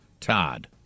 Todd